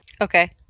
Okay